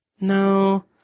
No